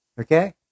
Okay